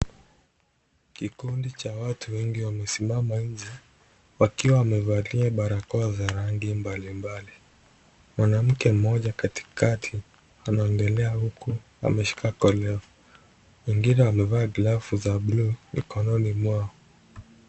Kikundi cha watu wengi wamesimama nje wakiwa wamevalia barakoa za rangi mbalimbali. Mwanamke mmoja katikati anaongelea huku ameshika koleo. Wengine wamevalia glavu za blue mkononi mwao.